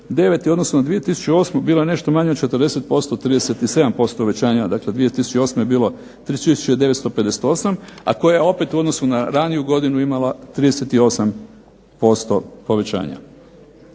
odnosu na 2008. bilo je nešto manje od 40%, 37% uvećanje, dakle 2008. je bilo 3958 a koja je opet u odnosu na raniju godinu imala 38% povećanja.